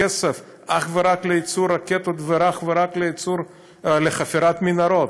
ומשתמש באותו כסף אך ורק לייצור רקטות ואך ורק לחפירת מנהרות.